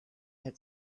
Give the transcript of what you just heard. had